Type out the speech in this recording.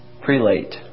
prelate